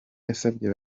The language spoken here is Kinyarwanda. yasabye